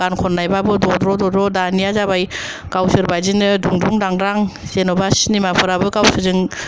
गान खननायबाबो दद्र' दद्र' दानिया जाबाय गावसोरबादिनो द्रुंद्रुं द्रांद्रां जेनबा सिनिमा फोराबो गावसोरजों